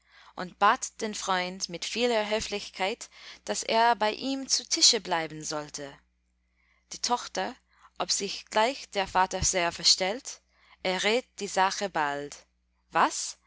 und bat den freund mit vieler höflichkeit daß er bei ihm zu tische bleiben sollte die tochter ob sich gleich der vater sehr verstellt errät die sache bald was